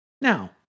Now